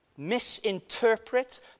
misinterpret